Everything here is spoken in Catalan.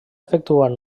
efectuat